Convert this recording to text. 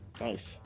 Nice